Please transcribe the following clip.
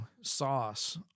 sauce